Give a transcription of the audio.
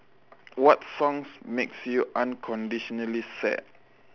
what songs makes you unconditionally sad